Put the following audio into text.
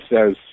says